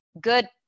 good